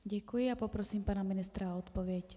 Děkuji a poprosím pana ministra o odpověď.